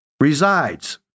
resides